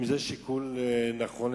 אם זה שיקול נכון,